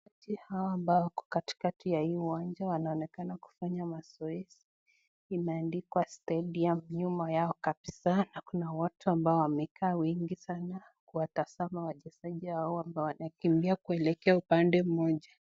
Wachezaji hawa ambao wako katikati ya hii uwanja wanaonekana kufanya mazoezi. Imeandikwa stadium nyuma yao kabisa na kuna watu ambao wamekaa wengi sana wakitazama wchezaji hawa ambao wanakimbia kuelekea upande moja.